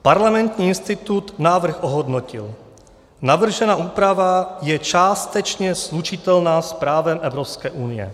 Parlamentní institut návrh ohodnotil navržená úprava je částečně slučitelná s právem Evropské unie.